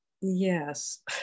Yes